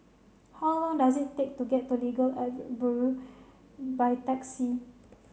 how long does it take to get to Legal Aid Bureau by taxi